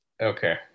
Okay